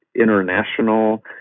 international